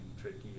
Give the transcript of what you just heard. Tricky